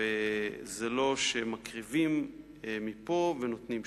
וזה לא שמקריבים מפה ונותנים שם.